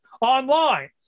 online